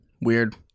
Weird